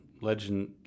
Legend